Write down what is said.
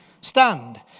stand